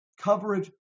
coverage